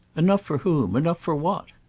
enough for whom? enough for what?